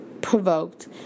provoked